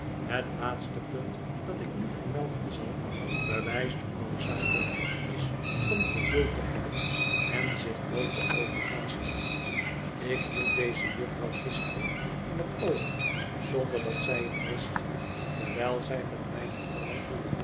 het laatste punt dat ik nu vermelden zal bewijst hoe noodzakelijk het is om geduld te hebben en zich nooit te overhaasten ik hield deze jufvrouw gisteren in het oog zonder dat zij het wist terwijl zij met mijne vrouw